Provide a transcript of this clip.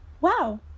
wow